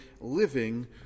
living